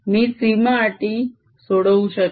मी सीमा अटी सोडवू शकेन